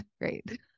great